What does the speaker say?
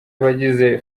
abagize